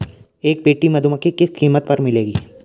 एक पेटी मधुमक्खी किस कीमत पर मिलेगी?